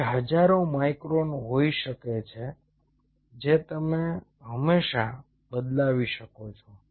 તે હજારો માઇક્રોન હોઈ શકે છે જે તમે હંમેશા બદલાવી શકો છો